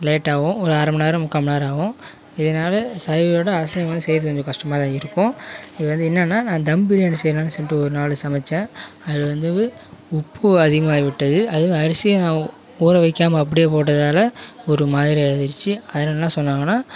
லேட்டாகும் ஒரு அரை மணி நேரம் முக்கால் மணி நேரம் ஆகும் இதனால் சைவம் விட அசைவம் வந்து செய்கிறதுக்கு கொஞ்சம் கஷ்டமாகத்தான் இருக்கும் இது வந்து என்னென்னா தம் பிரியாணி செய்யணுன்னு சொல்லிட்டு ஒருநாள் சமைத்தேன் அதில் வந்து உப்பு அதிகமாகிவிட்டது அதுவும் அரிசியும் நான் ஊறவைக்காமல் அப்படியே போட்டதனால் ஒரு மாதிரியாக ஆகிடுச்சு அதனால் என்ன சொன்னாங்கனால்